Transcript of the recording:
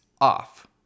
off